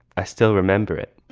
i still remember it